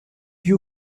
you